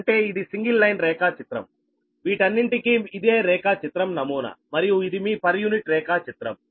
అంటే ఇది single line రేఖాచిత్రం వీటన్నింటికీ ఇదే రేఖాచిత్రం నమూనా మరియు ఇది మీ పర్ యూనిట్ రేఖాచిత్రం